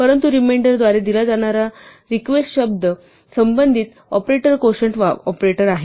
परंतु रिमेंडर द्वारे दिला जाणारा req संबंधित ऑपरेटर कोशंट ऑपरेटर आहे